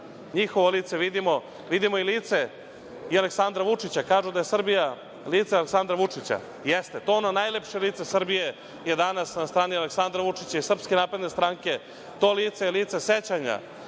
Njihovo lice vidimo. Vidimo i lice i Aleksandra Vučića. Kažu da je Srbija lice Aleksandra Vučića. Jeste, to ono najlepše lice Srbije je danas na strani Aleksandra Vučića i Srpske napredne stranke. To lice je lice sećanja